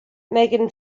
megan